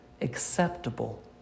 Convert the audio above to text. acceptable